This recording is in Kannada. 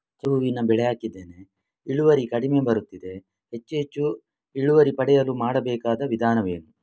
ಚೆಂಡು ಹೂವಿನ ಬೆಳೆ ಹಾಕಿದ್ದೇನೆ, ಇಳುವರಿ ಕಡಿಮೆ ಬರುತ್ತಿದೆ, ಹೆಚ್ಚು ಹೆಚ್ಚು ಇಳುವರಿ ಪಡೆಯಲು ಮಾಡಬೇಕಾದ ವಿಧಾನವೇನು?